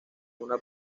una